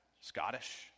Scottish